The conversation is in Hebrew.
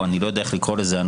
או אני לא יודע איך לקרוא לזה,